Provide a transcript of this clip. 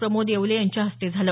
प्रमोद येवले यांच्या हस्ते झालं